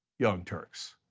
young turks.